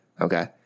Okay